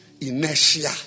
inertia